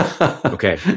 Okay